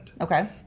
Okay